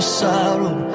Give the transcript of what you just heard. sorrow